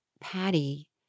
Patty